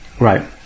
Right